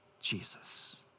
Jesus